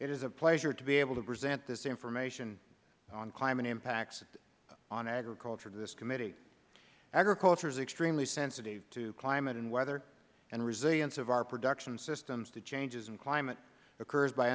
it is a pleasure to be able to present this information on climate impacts on agriculture to this committee agriculture is extremely sensitive to climate and weather and resilience of our production systems to changes in climate occurs by